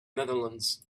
netherlands